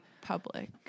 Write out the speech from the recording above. public